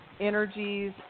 energies